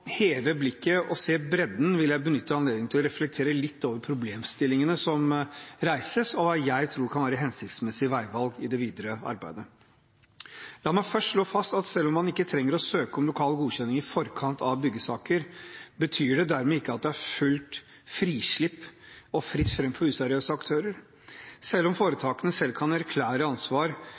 heve blikket og se bredden, vil jeg benytte anledningen til å reflektere litt over problemstillingene som reises, og hva jeg tror kan være hensiktsmessige veivalg i det videre arbeidet. La meg først slå fast at selv om man ikke trenger å søke om lokal godkjenning i forkant av byggesaker, betyr det dermed ikke at det er fullt frislipp og fritt fram for useriøse aktører. Selv om foretakene selv kan erklære ansvar,